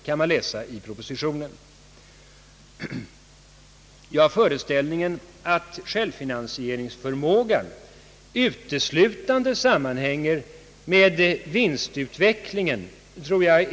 Jag föreställer mig att det är felaktigt att tro att självfinansieringsförmågan uteslutande sammanhänger med vinstutvecklingen.